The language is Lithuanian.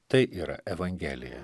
tai yra evangelija